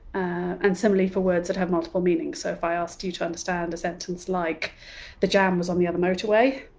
and similarly for words that have multiple meanings, so if i asked you to understand a sentence like the jam was on the other motorway,